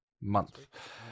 month